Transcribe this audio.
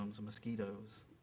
mosquitoes